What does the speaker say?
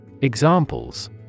Examples